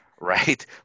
right